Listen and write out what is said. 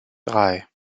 drei